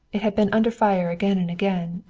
it had been under fire again and again.